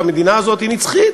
שהמדינה הזאת היא נצחית.